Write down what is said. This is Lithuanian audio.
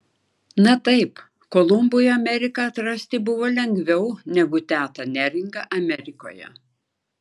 na taip kolumbui ameriką atrasti buvo lengviau negu tetą neringą amerikoje